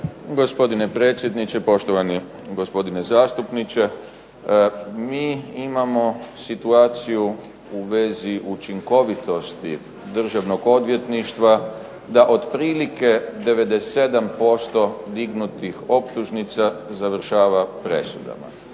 Gospodine predsjedniče, poštovani gospodine zastupniče. MI imamo situaciju u vezi učinkovitosti državnog odvjetništva da otprilike 97% dignutih optužnica završava presudama,